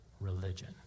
religion